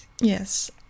yes